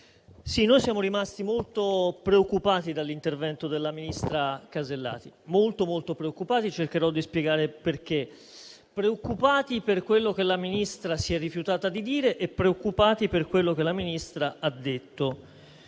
siamo rimasti molto preoccupati dall'intervento della ministra Casellati. Siamo molto, molto preoccupati e cercherò di spiegare perché. Siamo preoccupati per quello che la Ministra si è rifiutata di dire e preoccupati per quello che la Ministra ha detto.